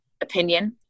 opinion